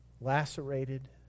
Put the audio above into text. lacerated